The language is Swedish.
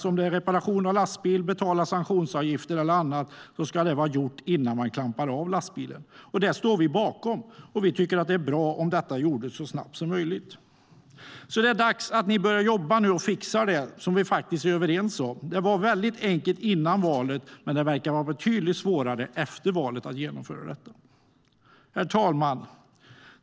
Det kan handla om reparation av lastbil, betalning av sanktionsavgifter eller något annat. Det ska vara gjort innan man klampar av lastbilen. Det står vi bakom. Vi tycker att det är bra om detta görs så snabbt som möjligt. Det är alltså dags att ni nu börjar jobba för att fixa det som vi faktiskt är överens om. Det var väldigt enkelt före valet, men det verkar vara betydligt svårare efter valet att genomföra detta.